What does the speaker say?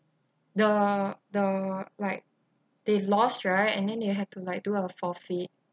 the the like they lost right and then they had to like do a forfeit